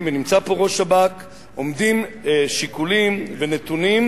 ונמצא פה ראש שב"כ, עומדים שיקולים ונתונים,